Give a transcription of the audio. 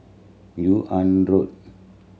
Yunnan Road